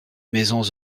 maisons